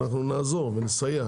אנחנו נעזור ונסייע,